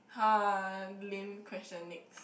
lame question next